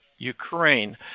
Ukraine